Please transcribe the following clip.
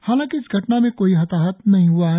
हालाकि इस घटना में कोई हताहत नही हआ है